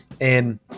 and-